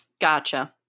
Gotcha